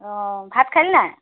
অঁ ভাত খালি নাই